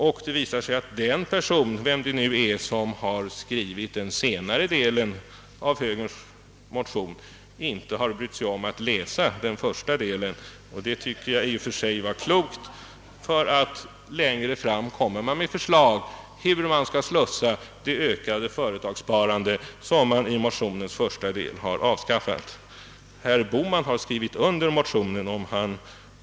Det visar sig nämligen att den person — vem det nu är — som har skrivit den senare delen av denna inte har brytt sig om att läsa den första delen — vilket enligt min mening i och för sig var klokt — ty längre fram presenteras förslag om hur man skall slussa det ökade ATP sparande som man i motionens första del har avskaffat. Herr Bohman har skrivit under motionen.